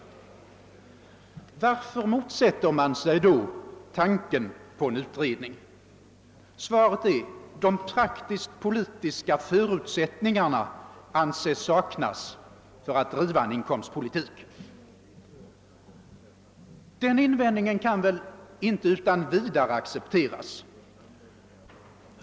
Varför motsätter man sig då tanken på en utredning? Svaret är att man anser att de praktiskt-politiska förutsättningarna saknas för att driva en inkomstpolitik. Den invändningen kan väl inte utan vidare accepteras.